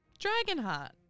Dragonheart